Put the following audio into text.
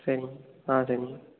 சரிங்க ஆ சரிங்க